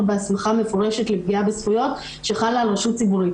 בהסמכה מפורשת לפגיעה בזכויות שחלה על רשות ציבורית.